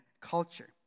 culture